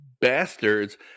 bastards